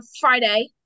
friday